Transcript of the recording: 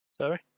Sorry